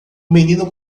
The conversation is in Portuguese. menino